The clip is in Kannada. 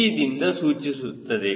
Gದಿಂದ ಸೂಚಿಸುತ್ತದೆ